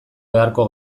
beharko